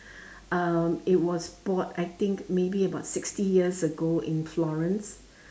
um it was bought I think maybe about sixty years ago in florence